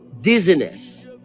Dizziness